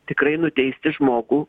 tikrai nuteisti žmogų